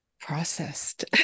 processed